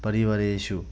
परिवारेषु